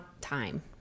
Time